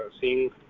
seeing